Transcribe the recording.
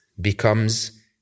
becomes